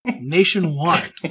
nationwide